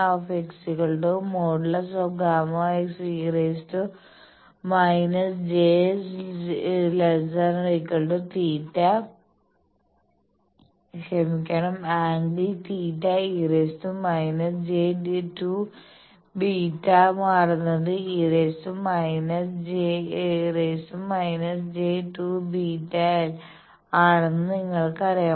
Γ ∣Γ ∣e−j∠θ e− j2 βl മാറുന്നത് e−j2βl ആണെന്ന് നിങ്ങൾക്കറിയാം